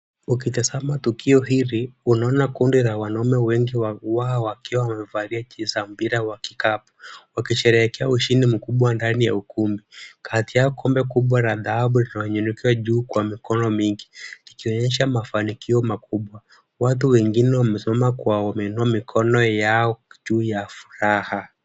Ukitazama tukio hili unaona kundi la wanaume wengi wakiwa wamevalia jezi za mpira wa kikapu, wakisherekea ushindi mkubwa ndani ya ukumbi. Kati yao kombe kubwa la thahabu linalo inuliwa juu kwa mikono mingi ikionyesha mafanikio makubwa. Watu wengine wamesimama wameinua mikono yao juu ya furaha.